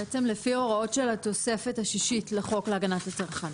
בעצם לפי הוראות של התוספת השישית לחוק להגנת הצרכן.